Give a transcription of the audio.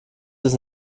des